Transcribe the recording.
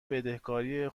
بدهکاری